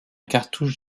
cartouche